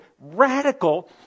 radical